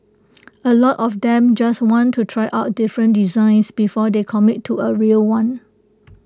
A lot of them just want to try out different designs before they commit to A real one